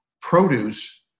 produce